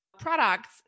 products